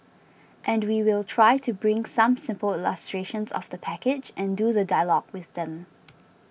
and we will try to bring some simple illustrations of the package and do the dialogue with them